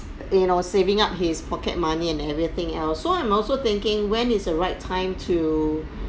you know saving up his pocket money and everything else so I'm also thinking when is the right time to